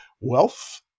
wealth